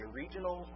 regional